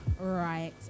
right